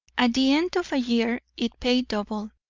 at the end of a year it paid double,